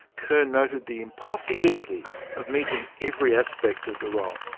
kerr noted the impossibility of meeting every aspect of the role